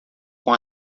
com